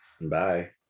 Bye